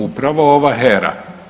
Upravo ova HERA.